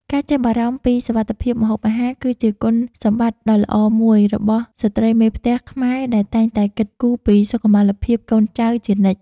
ការចេះបារម្ភពីសុវត្ថិភាពម្ហូបអាហារ គឺជាគុណសម្បត្តិដ៏ល្អមួយរបស់ស្ត្រីមេផ្ទះខ្មែរដែលតែងតែគិតគូរពីសុខុមាលភាពកូនចៅជានិច្ច។